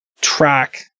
track